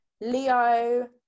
Leo